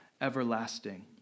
everlasting